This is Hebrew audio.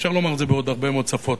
אפשר לומר את זה בעוד הרבה מאוד שפות,